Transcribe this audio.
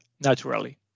naturally